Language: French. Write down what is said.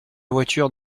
voiture